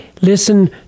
listen